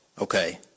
Okay